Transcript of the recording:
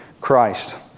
Christ